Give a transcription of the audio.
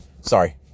sorry